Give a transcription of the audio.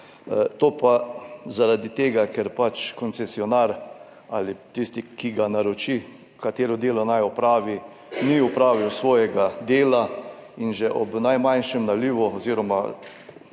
To pa zaradi tega, ker pač koncesionar ali tisti, ki ga naroči, katero delo naj opravi, ni opravil svojega dela in že ob najmanjšem nalivu oziroma